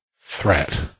threat